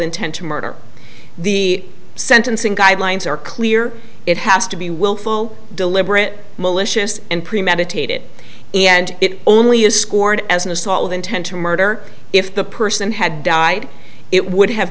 intent to murder the sentencing guidelines are clear it has to be willful deliberate malicious and premeditated and it only is scored as an assault with intent to murder if the person had died it would have